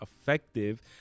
effective